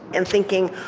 and thinking,